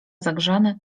zagrzany